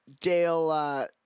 Dale